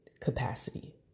capacity